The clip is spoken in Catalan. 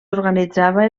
organitzava